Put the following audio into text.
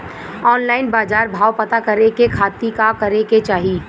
Online बाजार भाव पता करे के खाती का करे के चाही?